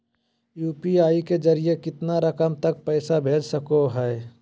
UPI के जरिए कितना रकम तक पैसा भेज सको है?